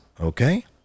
Okay